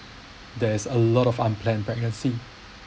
there's a lot of unplanned pregnancy